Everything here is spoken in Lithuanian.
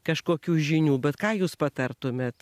kažkokių žinių bet ką jūs patartumėt